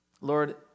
Lord